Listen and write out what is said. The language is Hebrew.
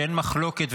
שאין מחלוקת,